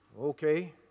Okay